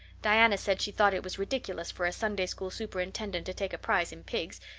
diana said she thought it was ridiculous for a sunday-school superintendent to take a prize in pigs,